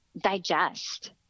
digest